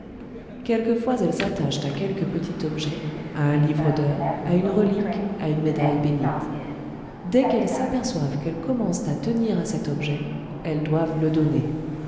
quelquefois elles s'attachent à quelque petit objet à un livre d'heures à une relique à une médaille bénite dès qu'elles s'aperçoivent qu'elles commencent à tenir à cet objet elles doivent le donner